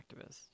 activists